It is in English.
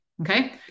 okay